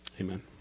Amen